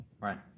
Right